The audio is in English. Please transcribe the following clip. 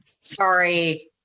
Sorry